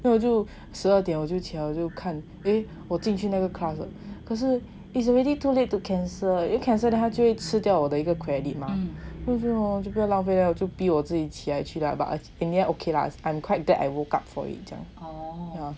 then 我就十二点我就起来我就看 eh 我进去那个 class eh 可是 it's already too late to cancel then 他就会吃掉我的一个 credit mah 就是 lor 就不要浪费 lor 就逼我自己起来去 lah but okay in the end okay lah I'm quite glad I woke up for this ah